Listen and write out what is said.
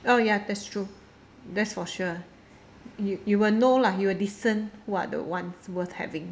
oh ya that's true that's for sure you you will know lah you will discern who are the ones worth having